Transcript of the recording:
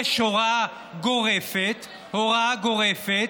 יש הוראה גורפת, הוראה גורפת,